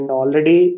already